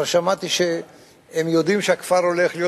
וכבר שמעתי שהם יודעים שהכפר הולך להיות